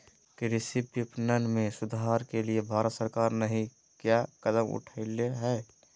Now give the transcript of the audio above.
कृषि विपणन में सुधार के लिए भारत सरकार नहीं क्या कदम उठैले हैय?